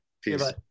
Peace